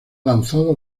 lanzado